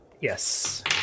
yes